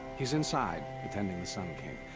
he's inside. attending the sun king.